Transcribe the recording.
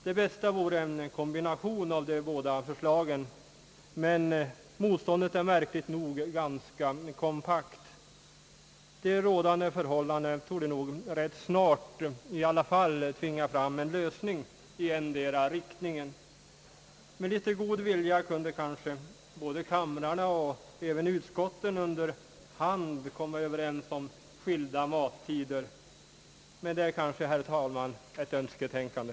Det bästa vore en kombination av de båda förslagen, men motståndet är märkligt nog ganska kompakt. De rådande förhållandena torde nog i alla fall ganska snart tvinga fram en lösning i endera riktningen. Med litet god vilja kunde kanske båda kamrarna och även utskotten under hand komma överens om skilda mattider. Men det är kanske, herr talman, ett önsketänkande.